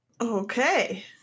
Okay